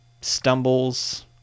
stumbles